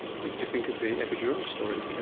what did you think of the epidural story,